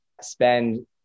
spend